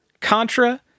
Contra